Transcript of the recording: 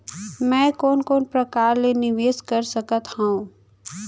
मैं कोन कोन प्रकार ले निवेश कर सकत हओं?